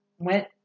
went